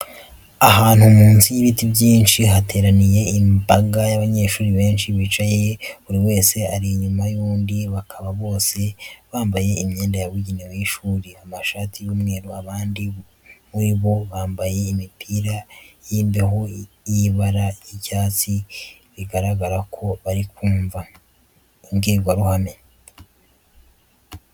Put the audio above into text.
Ahantu munsi y'ibiti byinshi, hateraniye imbaga y'abanyeshuri benshi bicaye buri wese ari inyuma y'undi, bakaba bose bambaye imyenda yabugenewe y'ishuri, amashati y'umweru abandi muri bo bambaye imipira y'imbeho y'ibara ry'icyatsi, bigaragara ko bari kumva imbwirwaruhame.